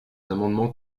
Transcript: amendement